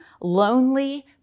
lonely